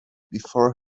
before